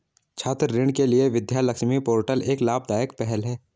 छात्र ऋण के लिए विद्या लक्ष्मी पोर्टल एक लाभदायक पहल है